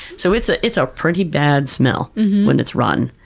so, it's ah it's a pretty bad smell when it's rotten.